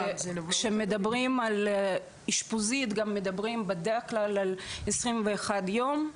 כשמדברים על אשפוזית גם מדברים בדרך כלל על 21 יום.